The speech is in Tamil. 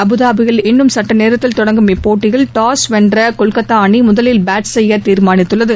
அபுதாபியில் இன்னும் சற்று நேரத்தில் தொடங்கும் இப்போட்டியில் டாஸ் வென்ற கொல்கத்தா அணி முதலில் பேட் செய்ய தீர்மானித்துள்ளது